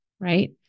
right